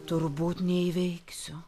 turbūt neįveiksiu